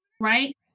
right